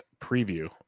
preview